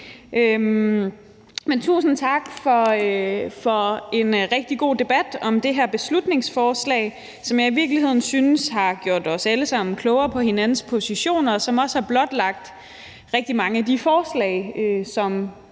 tusind tak for en rigtig god debat om det her beslutningsforslag, som jeg i virkeligheden synes har gjort os alle sammen klogere på hinandens positioner, og som også har blotlagt rigtig mange af de forslag,